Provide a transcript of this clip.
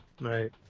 Right